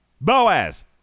Boaz